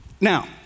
Now